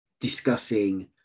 discussing